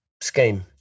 Scheme